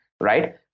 right